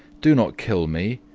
do not kill me,